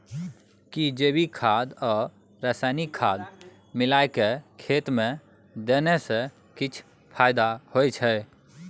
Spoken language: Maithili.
कि जैविक खाद आ रसायनिक खाद मिलाके खेत मे देने से किछ फायदा होय छै?